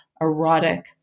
erotic